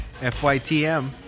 Fytm